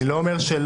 אני לא אומר שלא.